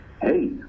hey